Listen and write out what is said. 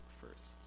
first